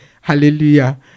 Hallelujah